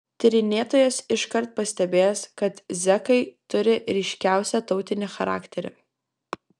tyrinėtojas iškart pastebės kad zekai turi ryškiausią tautinį charakterį